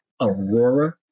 Aurora